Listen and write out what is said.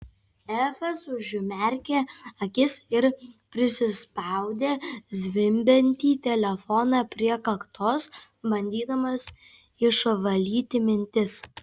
efas užmerkė akis ir prisispaudė zvimbiantį telefoną prie kaktos bandydamas išvalyti mintis